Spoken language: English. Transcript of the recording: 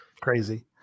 Crazy